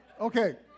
Okay